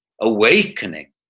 Awakening